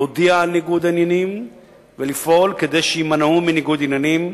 להודיע על ניגוד עניינים ולפעול כדי שיימנעו מניגוד עניינים,